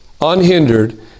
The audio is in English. unhindered